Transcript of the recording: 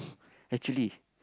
actually